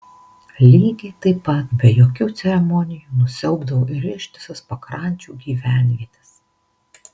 lygiai taip pat be jokių ceremonijų nusiaubdavo ir ištisas pakrančių gyvenvietes